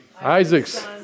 Isaac's